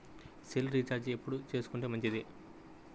Cell recharge ఎప్పుడు చేసుకొంటే మంచిది?